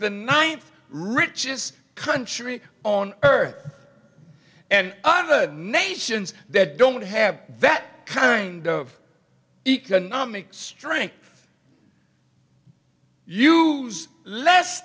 the ninth richest country on earth and other nations that don't have that kind of economic strength you less